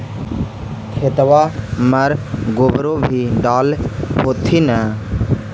खेतबा मर गोबरो भी डाल होथिन न?